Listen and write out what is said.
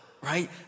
right